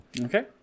Okay